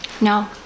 No